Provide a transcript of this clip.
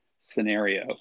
scenario